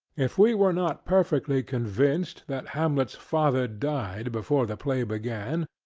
if we were not perfectly convinced that hamlet's father died before the play began,